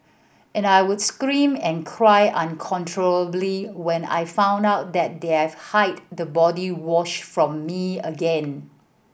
and I would scream and cry uncontrollably when I found out that they have hide the body wash from me again